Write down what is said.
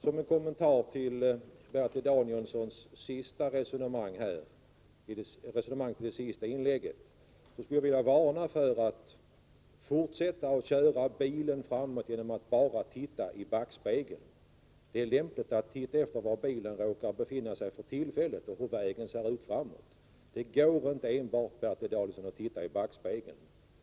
Som en kommentar till det resonemang Bertil Danielsson förde i sitt senaste inlägg skulle jag vilja utfärda en varning för att fortsätta köra bilen framåt men då bara titta i backspegeln. Det är lämpligt att se efter var bilen råkar befinna sig för tillfället och hur vägen framåt ser ut. Man kan inte enbart titta i backspegeln.